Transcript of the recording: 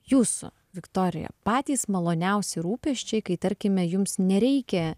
jūsų viktorija patys maloniausi rūpesčiai kai tarkime jums nereikia